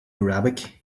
arabic